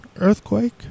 earthquake